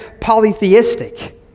polytheistic